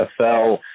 NFL